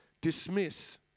dismiss